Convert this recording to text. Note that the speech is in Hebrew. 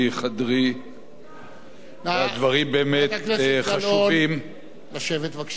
הדברים באמת חשובים ולא פשוטים.